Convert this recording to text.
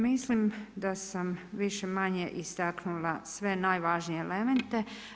Mislim da sam više-manje istaknula sve najvažnije elemente.